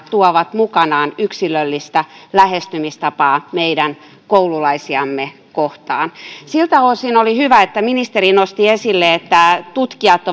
tuovat mukanaan yksilöllistä lähestymistapaa meidän koululaisiamme kohtaan siltä osin oli hyvä että ministeri nosti esille sen että tutkijat